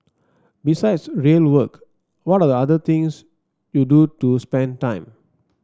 besides real work what are the other things you do to spend time